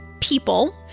people